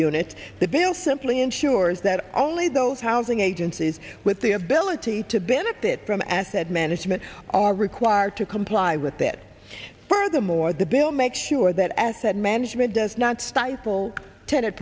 units the bill simply ensures that only those housing agencies with the ability to benefit from asset management are required to comply i with that furthermore the bill make sure that asset management does not stifle ten